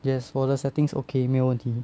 yes 我的 settings okay 没有问题